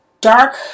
dark